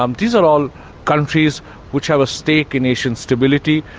um these are all countries which have a stake in asian stability,